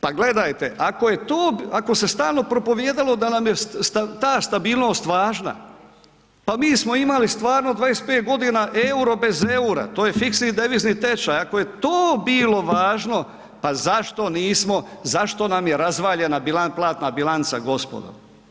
Pa gledajte ako je to, ako se stalno propovijedalo da nam je ta stabilnost važna, pa mi smo imali stvarno 25 godina EUR-o bez EUR-a, to je fiksni devizni tečaj, ako je to bilo važno pa zašto nismo, zašto nam je razvaljena platna bilanca gospodo.